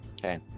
Okay